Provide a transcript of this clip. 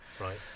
Right